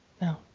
No